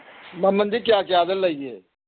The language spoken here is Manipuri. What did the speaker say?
ꯃꯃꯟꯗꯤ ꯀꯌꯥ ꯀꯌꯥꯗ ꯂꯩꯒꯦ